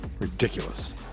Ridiculous